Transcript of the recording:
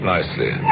Nicely